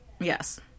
Yes